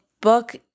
book